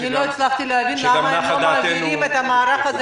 אני לא הצלחתי להבין למה הם לא מעבירים את המערך הזה